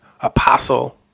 Apostle